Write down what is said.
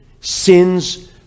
sins